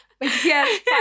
Yes